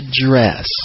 dress